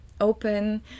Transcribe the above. open